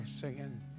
singing